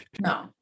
no